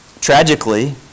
Tragically